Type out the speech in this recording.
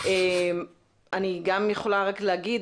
אני גם יכולה רק להגיד,